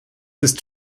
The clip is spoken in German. ist